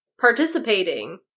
participating